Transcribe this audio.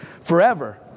forever